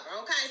okay